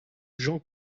jean